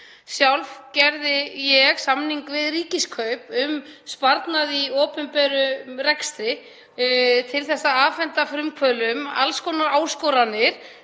Sjálf gerði ég samning við Ríkiskaup um sparnað í opinberum rekstri til að afhenda frumkvöðlum alls konar áskoranir,